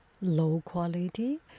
low-quality